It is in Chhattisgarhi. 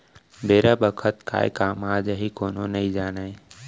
बेरा बखत काय काम आ जाही कोनो नइ जानय